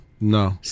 No